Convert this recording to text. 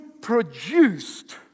produced